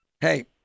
Hey